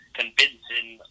convincing